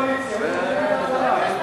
החזר בשל ביטול פוליסת ביטוח),